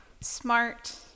smart